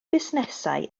busnesau